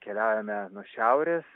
keliaujame nuo šiaurės